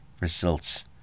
results